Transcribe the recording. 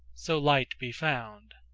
so light be found.